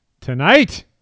tonight